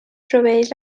proveeix